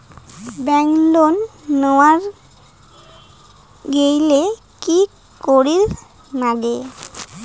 Bank loan নেওয়ার গেইলে কি করীর নাগে?